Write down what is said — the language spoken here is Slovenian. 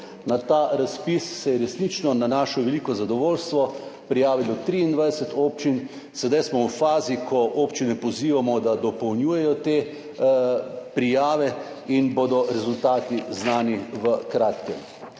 Na ta razpis se je resnično na naše veliko zadovoljstvo prijavilo 23 občin. Sedaj smo v fazi, ko občine pozivamo, da dopolnjujejo te prijave, in bodo rezultati znani v kratkem.